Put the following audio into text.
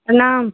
प्रणाम